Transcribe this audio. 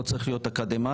לא צריך להיות אקדמאי,